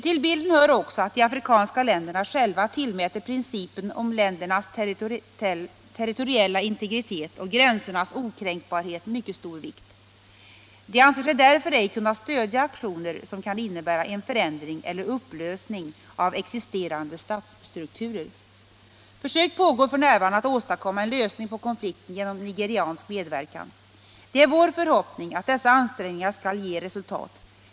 Till bilden hör också att de afrikanska länderna själva tillmäter principen om ländernas territoriella integritet och gränsernas okränkbarhet mycket stor vikt. De anser sig därför ej kunna stödja aktioner som kan innebära en förändring eller upplösning av existerande statsstrukturer. Försök pågår f.n. att åstadkomma en lösning på konflikten genom nigeriansk medverkan. Det är vår förhoppning att dessa ansträngningar skall ge resultat.